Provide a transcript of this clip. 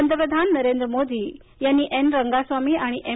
पंतप्रधान नरेंद्र मोदी यांनी एन रंगासामी आणि एम